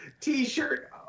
T-shirt